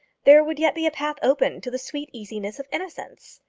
there would yet be a path open to the sweet easiness of innocence.